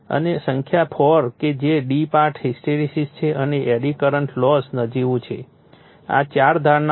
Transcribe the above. અને સંખ્યા 4 કે જે ડી પાર્ટ હિસ્ટેરેસીસ છે અને એડી કરંટ લોસ નજીવું છે આ 4 ધારણાઓ છે